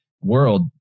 world